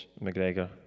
McGregor